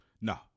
No